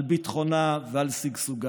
על ביטחונה ועל שגשוגה.